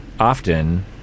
often